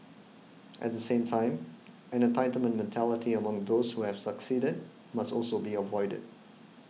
at the same time an entitlement mentality among those who have succeeded must also be avoided